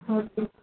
okay